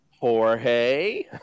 Jorge